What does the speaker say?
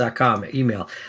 email